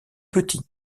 petits